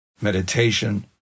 meditation